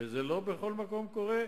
וזה לא בכל מקום קורה,